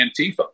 Antifa